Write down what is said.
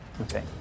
Okay